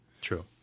True